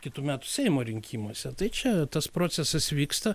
kitų metų seimo rinkimuose tai čia tas procesas vyksta